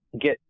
get